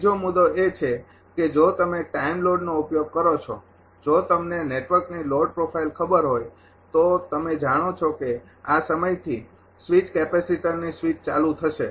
બીજો મુદ્દો એ છે કે જો તમે ટાઇમ લોડનો ઉપયોગ કરો છો જો તમને નેટવર્કની લોડ પ્રોફાઇલ ખબર હોય તો તમે જાણો છો કે આ સમયથી સ્વિચ કેપેસિટર્સની સ્વિચ ચાલુ થશે